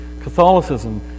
Catholicism